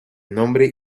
nombre